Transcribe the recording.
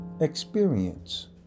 experience